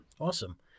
awesome